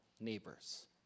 neighbors